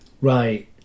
Right